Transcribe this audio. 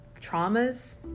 traumas